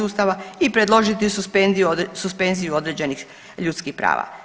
Ustava i predložiti suspenziju određenih ljudskih prava.